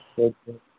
okay